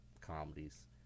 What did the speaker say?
comedies